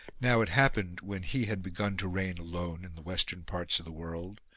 now it happened, when he had begun to reign alone in the western parts of the world,